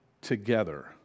together